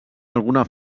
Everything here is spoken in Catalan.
alguna